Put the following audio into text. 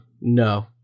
no